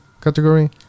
category